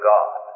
God